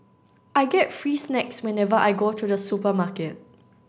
I get free snacks whenever I go to the supermarket